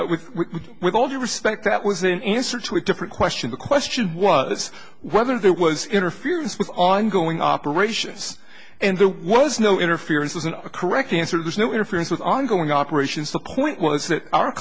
with with with all due respect that was in answer to a different question the question was whether there was interference with ongoing operations and there was no interference was an a correct answer was no interference with ongoing operations the point was that our